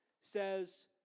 says